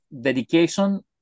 dedication